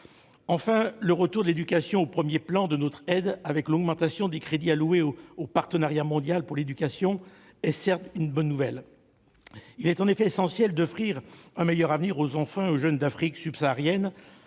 en matière d'aide au développement, qui se concrétise par l'augmentation des crédits alloués au Partenariat mondial pour l'éducation, est certes une bonne nouvelle. Il est en effet essentiel d'offrir un meilleur avenir aux enfants et aux jeunes d'Afrique subsaharienne,